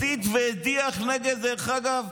הסית והדיח נגד, דרך אגב,